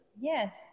Yes